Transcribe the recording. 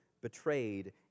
betrayed